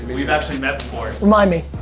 we've actually met before. remind me.